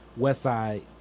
Westside